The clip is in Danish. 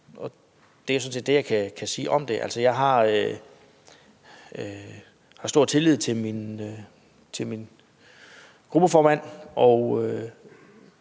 Det er sådan set det, jeg kan sige om det. Jeg har stor tillid til min gruppeformand.